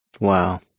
Wow